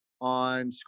on